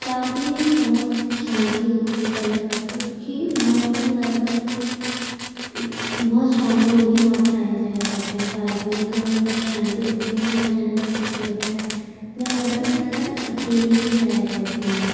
park میں بہت شانتی ہوتی ہے پہلی بات تو کیوںکہ وہاں پر زیادہ تر کوئی بہت شانت لوگ ہی وہاں پر آیا جایا کرتے ہیں پارک میں تو وہاں پہ بہت شانتی ہوتی ہے مجھے وہاں جانا بہت پسند ہوتا ہے میں وہاں زیادہ تر اکیلے ہی جایا کرتی ہوں